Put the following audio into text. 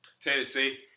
Tennessee